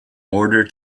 order